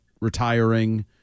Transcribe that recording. retiring